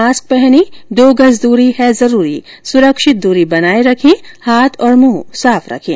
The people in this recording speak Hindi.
मास्क पहनें दो गज दूरी है जरूरी सुरक्षित दूरी बनाये रखें हाथ और मुंह साफ रखें